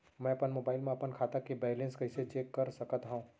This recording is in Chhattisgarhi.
मैं मोबाइल मा अपन खाता के बैलेन्स कइसे चेक कर सकत हव?